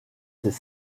ces